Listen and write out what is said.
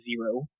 zero